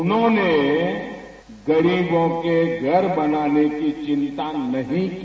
उन्होंने गरीबों के घर बनाने की चिंता नहीं की